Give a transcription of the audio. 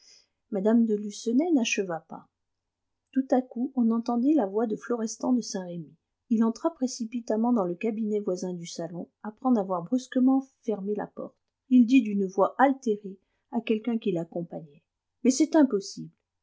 mme de lucenay n'acheva pas tout à coup on entendit la voix de florestan de saint-remy il entra précipitamment dans le cabinet voisin du salon après en avoir brusquement fermé la porte il dit d'une voix altérée à quelqu'un qui l'accompagnait mais c'est impossible